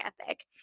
ethic